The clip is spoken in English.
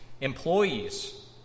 employees